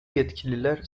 yetkililer